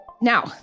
Now